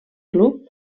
club